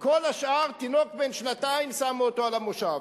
כל השאר, תינוק בן שנתיים, שמו אותו על המושב.